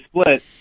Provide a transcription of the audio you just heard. split